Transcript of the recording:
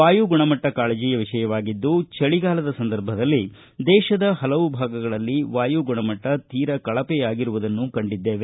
ವಾಯುಗುಣಮಟ್ಟ ಕಾಳಜಿಯ ವಿಷಯವಾಗಿದ್ದು ಚಳಿಗಾಲದ ಸಂದರ್ಭದಲ್ಲಿ ದೇಶದ ಹಲವು ಭಾಗಗಳಲ್ಲಿ ವಾಯುಗುಣಮಟ್ಟ ತೀರ ಕಳಪೆಯಾಗಿರುವುದನ್ನು ಕಂಡಿದ್ದೇವೆ